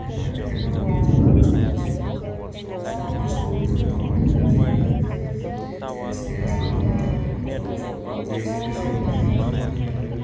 मेरला क्रिकेटफ्रावबो बिदिनो मानसिफोर थासै जमा जमा बिदिनो आरो स्कुल कलेजफ्रावबो बिदिनो टरनामेन्ट आरिबो जायो बेद चेस मेस फुटबल भलिबल सब स्कुलफ्रावबो जायो जों गासैबो जि थाङो बिखौ